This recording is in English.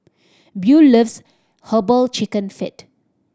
Buel loves Herbal Chicken Feet